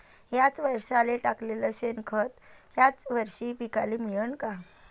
थ्याच वरसाले टाकलेलं शेनखत थ्याच वरशी पिकाले मिळन का?